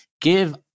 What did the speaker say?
give